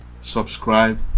Subscribe